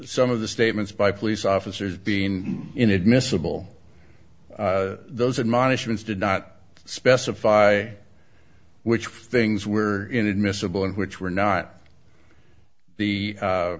some of the statements by police officers being inadmissible those admonishments did not specify which things were inadmissible and which were not the